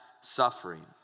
suffering